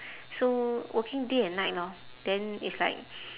so working day and night lor then it's like